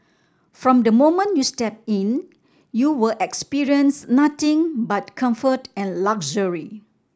from the moment you step in you will experience nothing but comfort and luxury